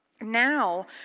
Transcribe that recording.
Now